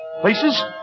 Places